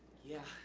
yeah.